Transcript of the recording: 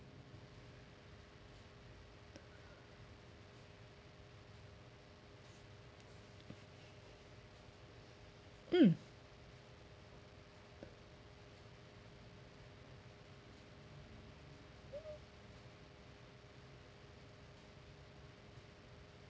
mm